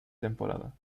temporada